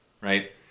right